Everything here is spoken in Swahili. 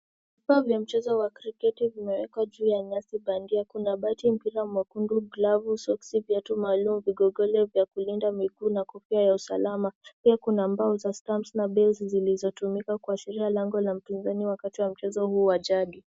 Vifaa vya mchezo wa kriketi vimewekwa juu ya nyasi bandia. Kuna bati, mpira mwekundu, glavu, soksi, viatu maalum vigogole vya kulinda miguu na kofia ya usalama. Pia kuna mbao za stamps na base zilizotumika kuashiria lango la mpinzani wakati wa mchezo huu wa jadi.